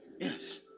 Yes